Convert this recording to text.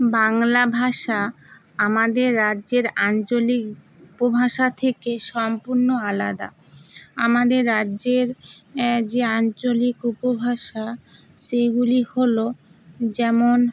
বাংলা ভাষা আমাদের রাজ্যের আঞ্চলিক উপভাষা থেকে সম্পূর্ণ আলাদা আমাদের রাজ্যের যে আঞ্চলিক উপভাষা সেইগুলি হলো যেমন